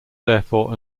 therefore